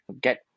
get